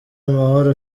amahoro